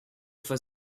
for